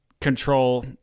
control